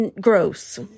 gross